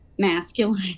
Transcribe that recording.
Masculine